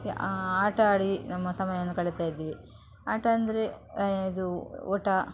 ಆಟ ಆಡಿ ನಮ್ಮ ಸಮಯವನ್ನು ಕಳೀತಾ ಇದ್ವಿ ಆಟ ಅಂದರೆ ಇದು ಓಟ